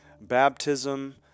baptism